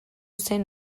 zen